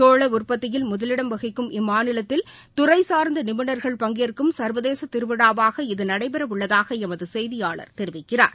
சோள உற்பத்தியில் முதலிடம் வகிக்கும் இம்மாநிலத்தில் துறை சார்ந்த நிபுணர்கள் பங்கேற்கும் சர்வதேச திருவிழாவாக இது நடைபெறவுள்ளதாக எமது செய்தியாளர் தெரிவிக்கிறார்